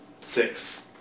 six